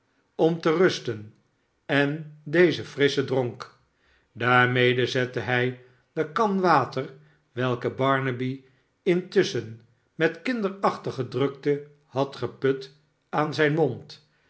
om te rusten en dezen frisschen dronk daarmede zette hij de kan water welke barnaby intusschen met kinderachtige drukte had geput aan zijn mond